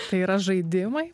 tai yra žaidimai